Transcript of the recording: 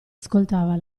ascoltava